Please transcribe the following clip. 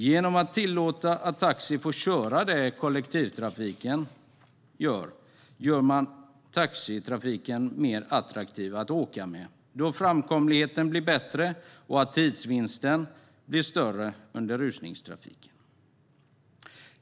Genom att tillåta att taxi får köra i kollektivtrafikfiler blir taxitrafiken mer attraktiv eftersom framkomligheten blir bättre och tidsvinsten större under rusningstrafiken.